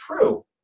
true